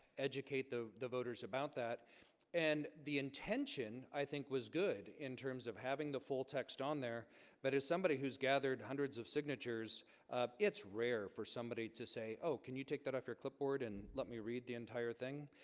educate the the voters about that and the intention, i think was good in terms of having the full text on there but as somebody who's gathered hundreds of signatures it's rare for somebody to say oh, can you take that off your clipboard and let me read the entire thing?